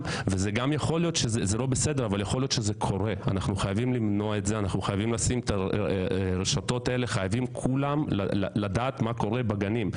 אנחנו חייבים לשים את הרשתות האלו כדי לדעת מה קורה בגנים.